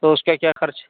تو اس کا کیا خرچ